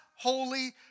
Holy